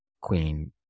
queen